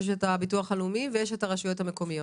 הביטוח הלאומי והרשויות המקומי.